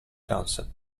concept